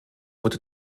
wurde